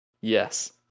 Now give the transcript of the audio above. Yes